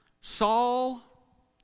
Saul